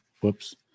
Whoops